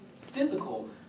physical